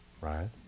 right